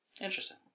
Interesting